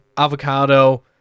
Avocado